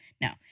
No